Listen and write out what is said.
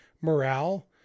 morale